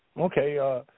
Okay